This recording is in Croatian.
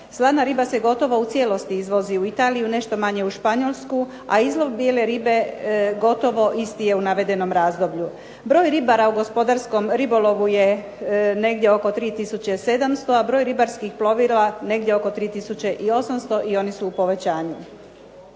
Slana riba se gotovo u cijelosti izvozi u Italiju, nešto manje u Španjolsku, a izlov bijele ribe gotovo isti je u navedenom razdoblju. Broj ribara u gospodarskom ribolovu je negdje oko 3 tisuće 700 a broj ribarskih plovila negdje oko 3 tisuće 800 i oni su u povećanju.